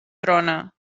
trona